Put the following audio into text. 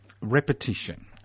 repetition